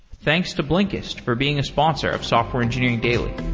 thanks to blinkist for being a sponsor of software engineering daily.